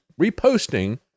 reposting